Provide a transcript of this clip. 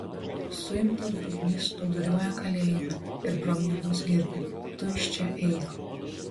suimtas bubnys snūduriuoja kalėjime ir pro miegus girdi tu iš čia eik